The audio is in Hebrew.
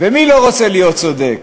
ומי לא רוצה להיות צודק?